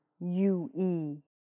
U-E